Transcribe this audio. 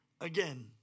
again